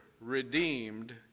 redeemed